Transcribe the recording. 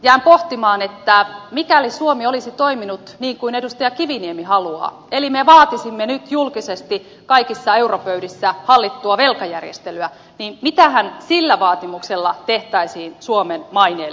jään pohtimaan että mikäli suomi olisi toiminut niin kuin edustaja kiviniemi haluaa eli me vaatisimme nyt julkisesti kaikissa europöydissä hallittua velkajärjestelyä niin mitähän sillä vaatimuksella tehtäisiin suomen maineelle